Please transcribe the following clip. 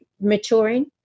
maturing